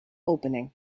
opening